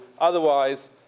Otherwise